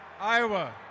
Iowa